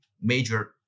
major